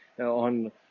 on